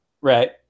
Right